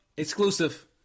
Exclusive